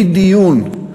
מדיון,